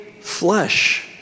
flesh